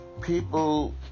people